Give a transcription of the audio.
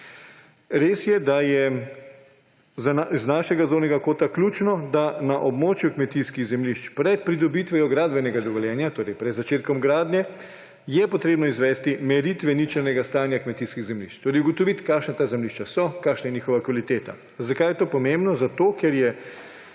Res je, da je z našega zornega kota ključno, da je na območju kmetijskih zemljišč pred pridobitvijo gradbenega dovoljenja, torej pred začetkom gradnje, potrebno izvesti meritve ničelnega stanja kmetijskih zemljišč. Torej ugotoviti, kakšna ta zemljišča so, kakšna je njihova kvaliteta. Zakaj je to pomembno? Zato ker je